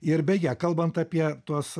ir beje kalbant apie tuos